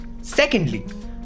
Secondly